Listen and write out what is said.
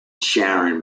sharon